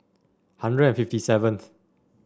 hundred and fifty seventh